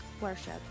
worship